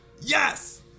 Yes